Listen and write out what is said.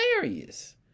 Hilarious